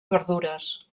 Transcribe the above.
verdures